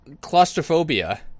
claustrophobia